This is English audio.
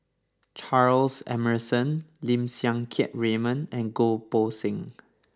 Charles Emmerson Lim Siang Keat Raymond and Goh Poh Seng